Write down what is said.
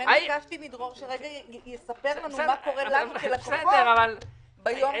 לכן ביקשתי מדרור שטרום שיספר לנו מה קורה לנו כלקוחות ביום-יום.